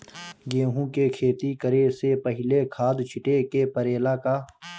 गेहू के खेती करे से पहिले खाद छिटे के परेला का?